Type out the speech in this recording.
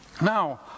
Now